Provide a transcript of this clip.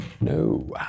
No